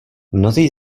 mnozí